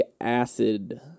acid